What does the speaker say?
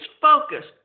focused